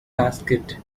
basket